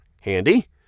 Handy